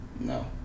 No